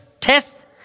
Test